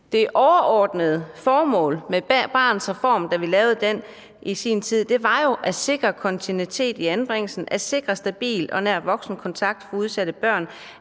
Det overordnede formål med Barnets Reform, som vi lavede i sin tid, var jo at sikre kontinuitet i anbringelsen, at sikre stabil og nær voksenkontakt for udsatte børn,